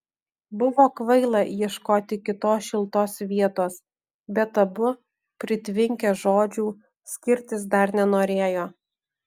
buvo kvaila ieškoti kitos šiltos vietos bet abu pritvinkę žodžių skirtis dar nenorėjo